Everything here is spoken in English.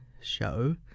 show